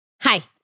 Hi